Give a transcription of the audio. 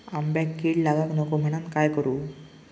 आंब्यक कीड लागाक नको म्हनान काय करू?